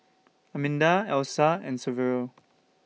Arminda Elsa and Saverio